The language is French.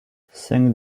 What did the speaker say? cinq